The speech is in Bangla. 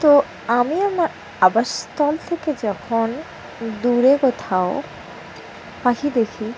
তো আমি আমার আবাসস্থল থেকে যখন দূরে কোথাও পাখি দেখি